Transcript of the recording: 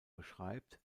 beschreibt